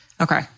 Okay